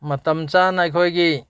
ꯃꯇꯝ ꯆꯥꯅ ꯑꯩꯈꯣꯏꯒꯤ